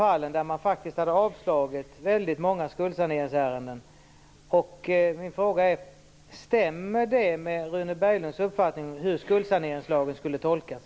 Man hade faktiskt avslagit väldigt många skuldsaneringsärenden. Min fråga är: Stämmer det med Rune Berglunds uppfattning av hur skuldsaneringslagen skall tolkas?